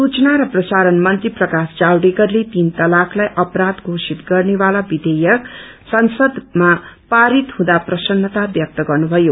सूचना र प्रसारण मन्त्री प्रकाश जावड्रेकरले तीन तलाकलाई अपराष घोषित गर्ने विषेयक संसदमा पारित हुँदा प्रसत्रता व्यक्त गर्नुथयो